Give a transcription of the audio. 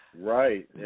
Right